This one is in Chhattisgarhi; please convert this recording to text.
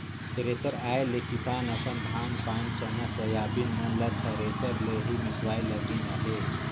थेरेसर आए ले किसान अपन धान पान चना, सोयाबीन मन ल थरेसर ले ही मिसवाए लगिन अहे